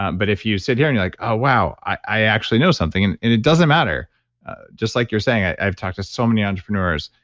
um but if you sit here and be like, oh wow, i actually know something and it doesn't matter just like you're saying, i've talked to so many entrepreneurs,